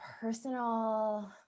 personal